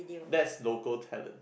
that's local talent